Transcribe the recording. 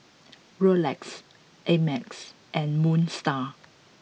Rolex Ameltz and Moon Star